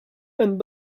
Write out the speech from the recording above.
and